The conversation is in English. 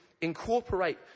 incorporate